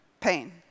pain